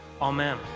Amen